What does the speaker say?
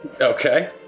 Okay